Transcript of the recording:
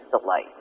delight